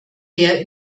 der